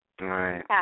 right